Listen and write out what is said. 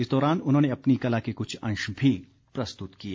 इस दौरान उन्होंने अपनी कला के कुछ अंश भी प्रस्तुत किए